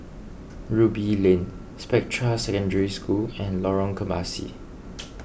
Ruby Lane Spectra Secondary School and Lorong Kebasi